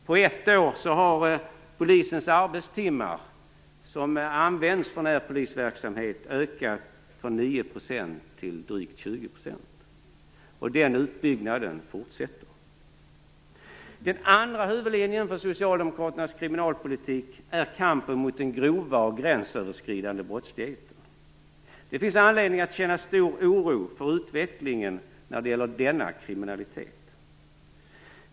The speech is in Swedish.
På ett år har polisens arbetstimmar som används för närpolisverksamhet ökat från 9 % till drygt 20 %. Den utbyggnaden fortsätter. Den andra huvudlinjen i Socialdemokraternas kriminalpolitik är kampen mot den grova och gränsöverskridande brottsligheten. Det finns anledning att känna stor oro för utvecklingen när det gäller denna kriminalitet.